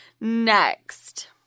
next